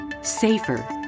safer